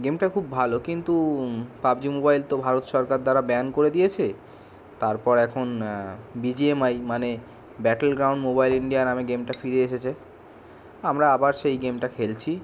গেমটা খুব ভালো কিন্তু পাবজি মোবাইল তো ভারত সরকার দ্বারা ব্যান করে দিয়েছে তারপর এখন বিজিএমআই মানে ব্যাটেলগ্রাউন্ড মোবাইল ইন্ডিয়া নামে গেমটা ফিরে এসেছে আমরা আবার সেই গেমটা খেলছি